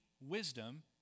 wisdom